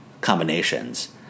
combinations